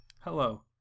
Hello